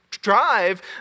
Drive